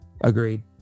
Agreed